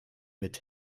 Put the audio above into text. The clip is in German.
mit